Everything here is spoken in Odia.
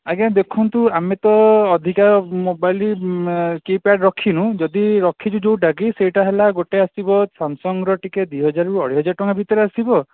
ଆଜ୍ଞା ଦେଖନ୍ତୁ ଆମେ ତ ଅଧିକା ମୋବାଇଲ୍ କୀ ପ୍ୟାଡ଼୍ ରଖିନୁ ଯଦି ରଖିଛୁ ଯେଉଁଟା କି ସେଇଟା ହେଲା ଗୋଟିଏ ଆସିବ ସାମସଙ୍ଗ୍ର ଟିକେ ଦୁଇ ହଜାରରୁ ଅଢ଼େଇ ହଜାର ଟଙ୍କା ଭିତରେ ଆସିବ